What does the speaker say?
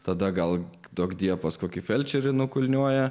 tada gal duokdie pas kokį felčerį nukulniuoja